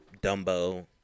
Dumbo